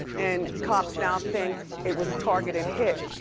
and cops now think it was a targeted hit.